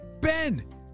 Ben